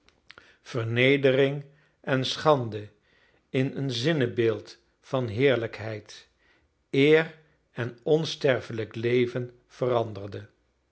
vernedering en schande in een zinnebeeld van heerlijkheid eer en onsterfelijk leven veranderde